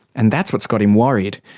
and that's what's got him worried.